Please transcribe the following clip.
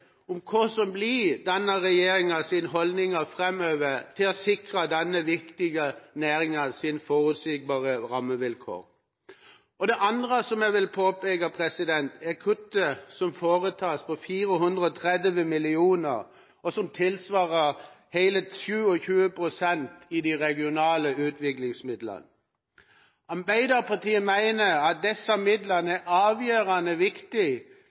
om hva som blir regjeringas holdning framover når det gjelder å sikre denne viktige næringa forutsigbare rammevilkår. Det andre som jeg vil påpeke, er kuttet på 430 mill. kr, som tilsvarer hele 27 pst. i de regionale utviklingsmidlene. Arbeiderpartiet mener at disse midlene er avgjørende